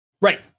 Right